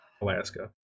alaska